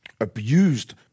abused